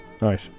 Right